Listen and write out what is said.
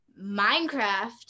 Minecraft